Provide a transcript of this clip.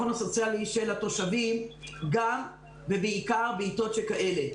הסוציאלי של התושבים גם ובעיקר בעתות שכאלה.